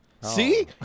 See